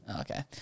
Okay